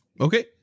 Okay